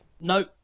No